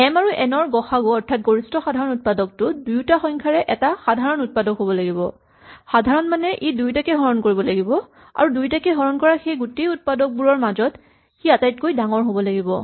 M আৰু N ৰ গ সা উ টো দুয়োটা সংখ্যাৰে এটা সাধাৰণ উৎপাদক হ'ব লাগিব সাধাৰণ মানে ই দুয়োটাকে হৰণ কৰিব লাগিব আৰু দুয়োটাকে হৰণ কৰা সেই গোটেই উৎপাদকবোৰৰ মাজত সি আটাইতকৈ ডাঙৰ হ'ব লাগিব